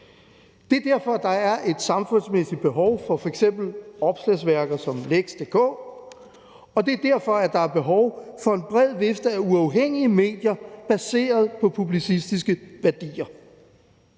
Det er derfor, at der er et samfundsmæssigt behov for f.eks. opslagsværker som Lex.dk, og det er derfor, at der er behov for en bred vifte af uafhængige medier baseret på publicistiske værdier.